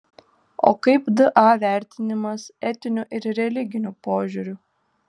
o kaip da vertinimas etiniu ir religiniu požiūriu